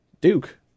Duke